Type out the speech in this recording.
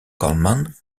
coleman